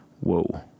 Whoa